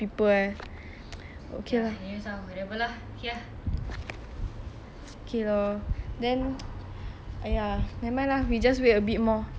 okay lor then !aiya! nevermind lah we just wait a bit more should be can [one] okay lah let's wait for our food now